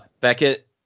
Beckett